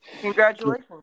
Congratulations